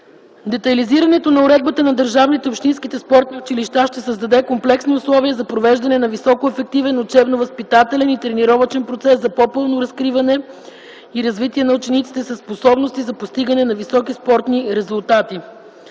Детайлизирането на уредбата на държавните и общинските спортни училища ще създаде комплексни условия за провеждане на високо ефективен учебно-възпитателен и тренировъчен процес за по пълно разкриване и развитие на учениците със способности за постигане на високи спортни резултати.